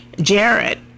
Jared